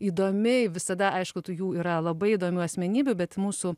įdomi visada aišku tų jų yra labai įdomių asmenybių bet mūsų